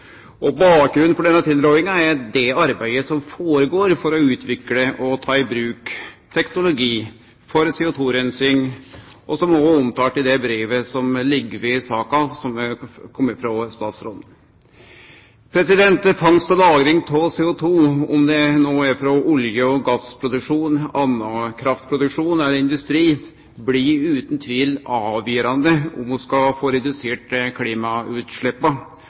Bakgrunnen for denne tilrådinga er det arbeidet som går føre seg for å utvikle og ta i bruk teknologi for CO2-rensing, som òg er omtalt i det brevet frå statsråden som ligg ved saka. Fangst og lagring av CO2, om det no er frå olje- og gassproduksjon, annan kraftproduksjon eller industri, blir utan tvil avgjerande for om vi skal få redusert klimautsleppa